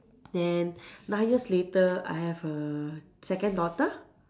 then nine years later I have a second daughter